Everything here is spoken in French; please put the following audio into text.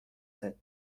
sept